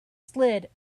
slid